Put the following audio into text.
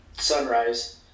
sunrise